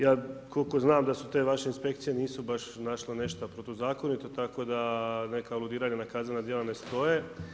Ja koliko znam da su te vaše inspekcije nisu baš našla nešto protuzakonito, tako da neka aludiranja na kaznena djela ne stoje.